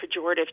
pejorative